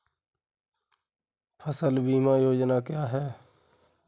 फसल बीमा योजना क्या है?